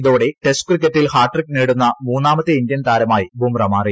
ഇതോടെ ടെസ്റ്റ് ക്രിക്കറ്റിൽ ഹാട്രിക് നേടുന്ന മുന്നാ മത്തെ ഇന്ത്യൻ താരമായി ബുംറ മാറി